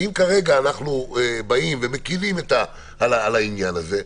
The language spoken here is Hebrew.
ואם כרגע אנחנו מקלים על העניין הזה,